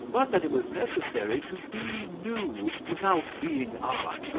but that it was necessary to be new without being odd,